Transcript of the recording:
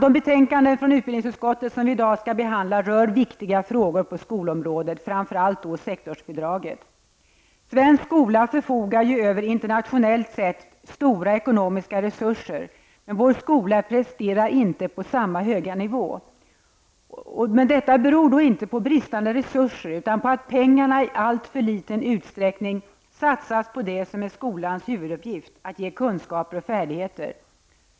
De betänkanden från utbildningsutskottet som vi i dag skall behandla rör viktiga frågor på skolområdet, framför allt sektorsbidraget. Svensk skola förfogar över internationellt sett stora ekonomiska resurser, men vår skola presterar inte på samma höga nivå. Men det beror inte på bristande resurser utan på att pengarna i alltför liten utsträckning satsas på det som är skolans huvuduppgift -- att ge kunskaper och färdigheter.